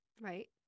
Right